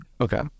Okay